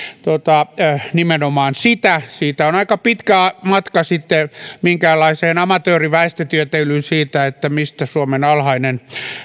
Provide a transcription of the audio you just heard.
nimenomaan sitä siitä on aika pitkä matka sitten minkäänlaiseen amatööriväestötieteilyyn siitä mistä suomen alhainen